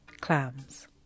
clams